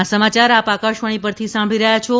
corona અપીલ આ સમાચાર આપ આકાશવાણી પરથી સાંભળી રહ્યા છો